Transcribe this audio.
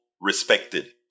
respected